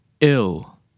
ill